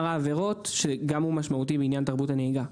העבירות שגם הוא משמעותי לעניין תרבות הנהיגה.